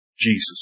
Jesus